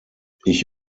ich